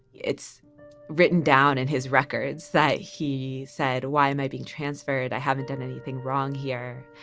it's written down in his records that he said, why am i being transferred? i haven't done anything wrong here.